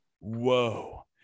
whoa